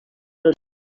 els